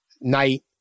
Night